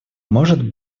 может